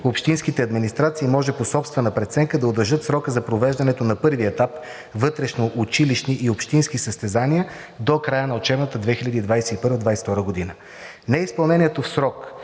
общинските администрации може по собствена преценка да удължат срока за провеждането на първия етап вътрешноучилищни и общински състезания до края на учебната 2021 – 2022 г. Неизпълнението в срок